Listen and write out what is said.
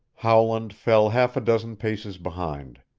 howland fell half a dozen paces behind.